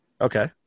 Okay